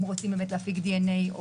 אם רוצים באמת להפיק דנ"א,